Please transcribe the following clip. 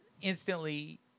instantly